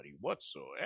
whatsoever